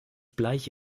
bleich